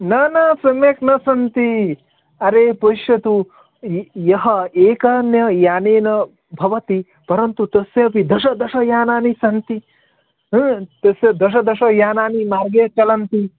न न सम्यक् न सन्ति अरे पश्यतु यः एकन्य यानेन भवति परन्तु तस्य अपि दश दश यानानि सन्ति तस्य दश दश यानानि मार्गे चलन्ति